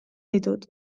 ditut